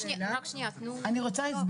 ולמעשה כל פעם באים ומנסים לבקש מהם,